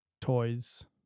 toys